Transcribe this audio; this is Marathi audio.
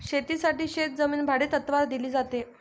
शेतीसाठी शेतजमीन भाडेतत्त्वावर दिली जाते